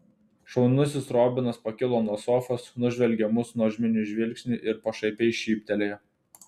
šaunusis robinas pakilo nuo sofos nužvelgė mus nuožmiu žvilgsniu ir pašaipiai šyptelėjo